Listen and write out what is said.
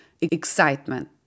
excitement